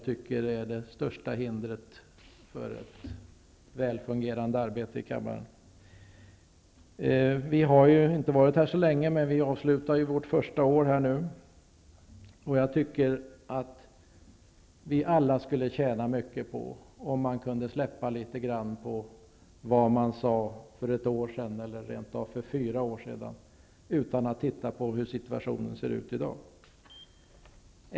Den är det största hindret för ett väl fungerande arbete i kammaren. Vi i Ny demokrati har ju inte varit här så länge. Vi avslutar ju nu vårt första år här. Alla skulle tjäna mycket på om vi här kunde släppa litet grand på vad vi sade för ett år sedan, eller kanske rent av för fyra år sedan. Vi måste titta på hur situationen ser ut i dag.